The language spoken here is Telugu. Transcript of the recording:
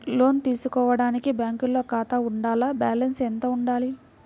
లోను తీసుకోవడానికి బ్యాంకులో ఖాతా ఉండాల? బాలన్స్ ఎంత వుండాలి?